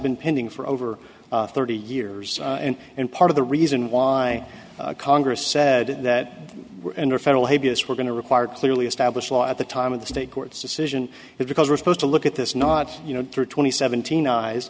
been pending for over thirty years and and part of the reason why congress said that the federal habeas were going to require clearly established law at the time of the state court's decision is because we're supposed to look at this not you know through twenty seventeen